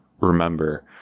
remember